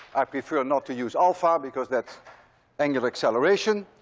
i prefer not to use alpha because that's angular acceleration,